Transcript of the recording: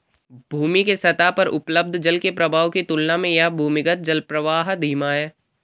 भूमि के सतह पर उपलब्ध जल के प्रवाह की तुलना में यह भूमिगत जलप्रवाह धीमा है